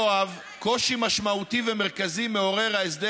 יואב: "קושי משמעותי ומרכזי מעורר ההסדר